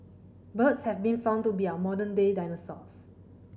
birds have been found to be our modern day dinosaurs